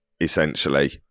essentially